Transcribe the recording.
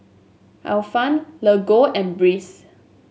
Ifan Lego and Breeze